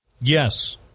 Yes